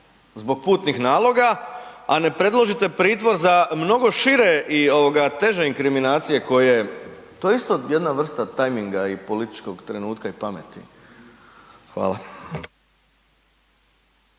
zbog putnih naloga, a ne predložite pritvor za mnogo šire i teže inkriminacije koje, to je isto jedna vrsta tajminga i političkog trenutka i pameti. Hvala.